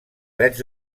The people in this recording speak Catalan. drets